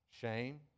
Shame